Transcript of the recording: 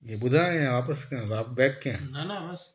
ही ॿुधायां या वापसि कयां बैक कयां न न बस